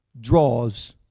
draws